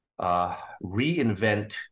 reinvent